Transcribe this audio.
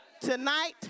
Tonight